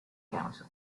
council